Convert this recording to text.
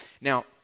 Now